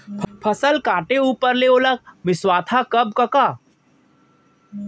फसल काटे ऊपर ले ओला मिंसवाथा कब कका?